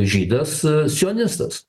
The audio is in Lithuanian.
žydas sionistas